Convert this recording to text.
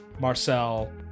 marcel